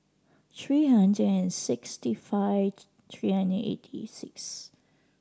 three hundred and sixty five three and eighty six